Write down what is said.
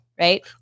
right